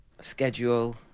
schedule